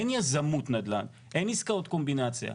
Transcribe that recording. אין יזמות נדל"ן, אין עסקאות קומבינציה.